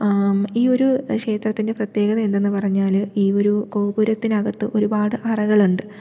ഈയൊരു ക്ഷേത്രത്തിൻ്റെ പ്രത്യേകത എന്തെന്ന് പറഞ്ഞാല് ഈയൊരു ഗോപുരത്തിനകത്തു ഒരുപാട് അറകളുണ്ട്